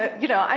ah you know, and